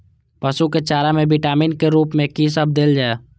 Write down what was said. पशु के चारा में विटामिन के रूप में कि सब देल जा?